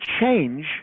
change